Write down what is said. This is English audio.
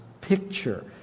picture